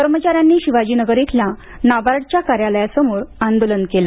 कर्मचार्यांनी शिवाजीनगर इथल्या नाबार्डच्या कार्यालयासमोर आंदोलन केलं